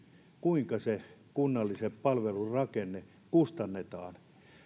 kuinka se kunnallinen palvelurakenne kustannetaan